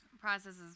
processes